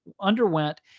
underwent